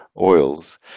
oils